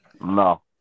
No